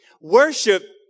Worship